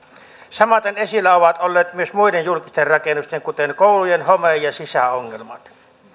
samaten esillä ovat olleet myös muiden julkisten rakennusten kuten koulujen home ja sisäilmaongelmat